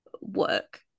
work